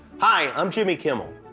hi, i'm jimmy kimmel.